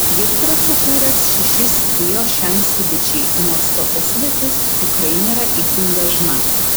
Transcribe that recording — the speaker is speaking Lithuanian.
jis yra sukūręs šešis trio šiai sudėčiai nors tokia sudėtis tikrai nėra itin dažna